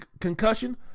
concussion